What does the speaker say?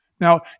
Now